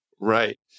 Right